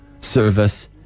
service